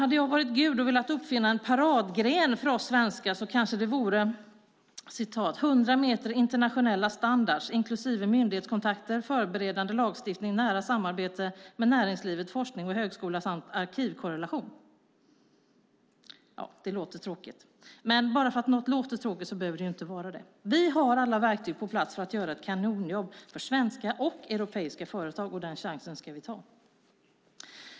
Hade jag varit Gud och velat uppfinna en paradgren för oss svenskar så kanske det vore "100 meter internationella standarder, inklusive myndighetskontakter, förberedande lagstiftning, nära samarbete med näringslivet, forskning och högskola samt arkivkorrelation". Det låter tråkigt. Men bara för att något låter tråkigt behöver det inte vara det. Vi har alla verktyg på plats för att göra ett kanonjobb för svenska och europeiska företag, och den chansen ska vi ta.